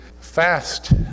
fast